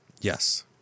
Yes